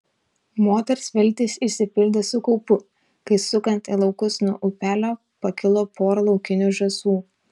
moters viltys išsipildė su kaupu kai sukant į laukus nuo upelio pakilo pora laukinių žąsų